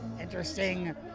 interesting